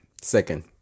Second